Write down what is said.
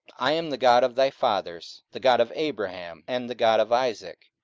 i am the god of thy fathers, the god of abraham, and the god of isaac,